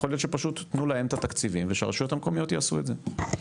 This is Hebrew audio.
יכול להיות שפשוט יתנו להם את התקציבים והרשויות המקומיות יעשו את זה,